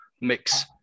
mix